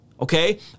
okay